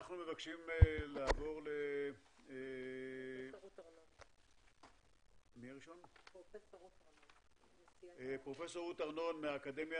נעבור לפרופ' רות ארנון מהאקדמיה